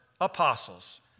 apostles